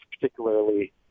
particularly